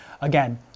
again